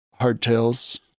hardtails